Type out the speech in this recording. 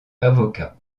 avocat